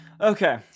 Okay